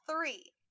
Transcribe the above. three